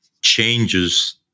changes